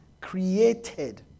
created